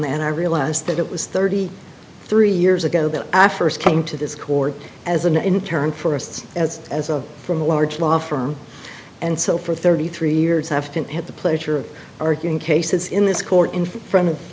and i realize that it was thirty three years ago that africa came to this court as an intern for us as as a from a large law firm and so for thirty three years i've had the pleasure of arguing cases in this court in front of